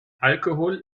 alkohol